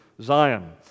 Zion